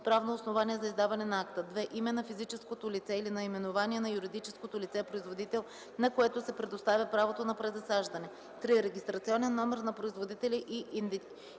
правно основание за издаване на акта; 2. име на физическото лице или наименование на юридическото лице - производител, на което се предоставя правото на презасаждане; 3. регистрационен номер на производителя и